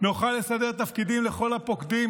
נוכל לסדר תפקידים לכל הפוקדים,